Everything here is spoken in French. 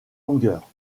longueurs